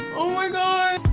oh my godd